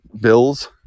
bills